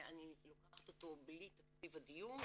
אני לוקחת אותו בלי תקציב הדיור,